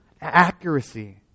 accuracy